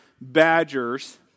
Badgers—